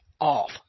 off